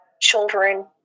children